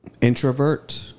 Introvert